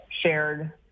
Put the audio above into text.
shared